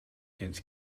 its